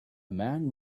man